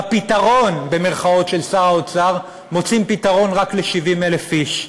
ב"פתרון" של שר האוצר מוצאים פתרון רק ל-70,000 איש.